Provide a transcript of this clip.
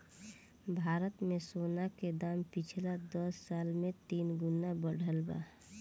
भारत मे सोना के दाम पिछला दस साल मे तीन गुना बढ़ल बा